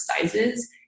sizes